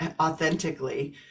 authentically